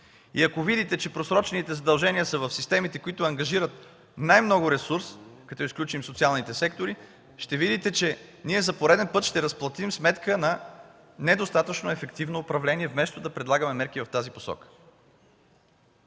погледнете, че просрочените задължения са в системите, които ангажират най-много ресурс, като изключим социалните сектори, ще видите, че за пореден път ще разплатим сметка на недостатъчно ефективно управление, вместо да предлагаме мерки в тази посока.